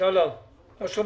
רציתי להתייחס